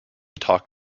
talk